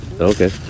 Okay